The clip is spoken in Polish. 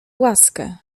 łaskę